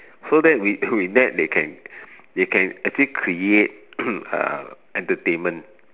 so then we with that they can they can actually create entertainment